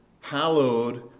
hallowed